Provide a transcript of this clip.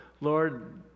lord